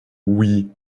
oui